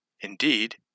Indeed